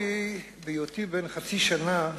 בהיותי בן חצי שנה,